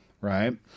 right